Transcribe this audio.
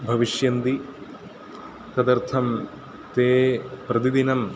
भविष्यन्ति तदर्थं ते प्रतिदिनं